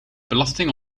belasting